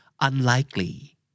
unlikely